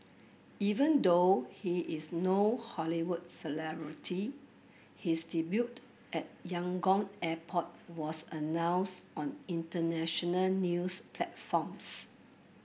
even though he is no Hollywood celebrity his debut at Yangon airport was announced on international news platforms